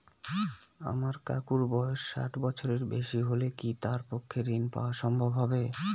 আমার কাকুর বয়স ষাট বছরের বেশি হলে কি তার পক্ষে ঋণ পাওয়া সম্ভব হবে?